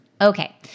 Okay